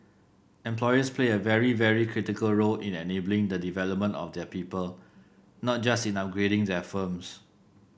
employers play a very very critical role in enabling the development of their people not just in upgrading their firms